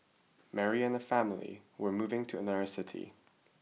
Mary and her family were moving to another city